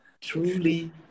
Truly